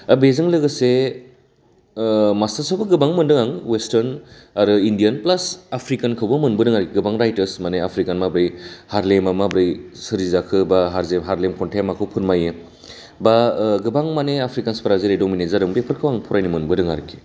दा बेजों लोगोसे मास्टार्सआवबो गोबां मोनदों आं वेस्टार्न आरो इन्डियान फ्लास आफ्रिकानखौबो मोनबोदों आरोखि गोबां रायटार्स माने आफ्रिकान माब्रै हारलेमा माब्रै सोरजिजाखो बा हारलेम खन्थाइया माखौ फोरमायो बा गोबां माने आफ्रिखान्सफोरा जेरै डमिनेट जादों बेफोरखौ आं फरायनो मोनबोदों आरोखि